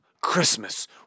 Christmas